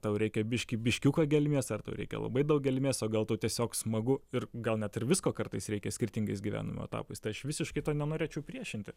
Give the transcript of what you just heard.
tau reikia biškį biškiuką gelmės ar tau reikia labai daug gelmės o gal tau tiesiog smagu ir gal net ir visko kartais reikia skirtingais gyvenimo etapais tai aš visiškai to nenorėčiau priešinti